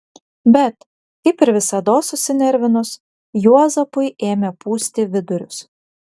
bet kaip ir visados susinervinus juozapui ėmė pūsti vidurius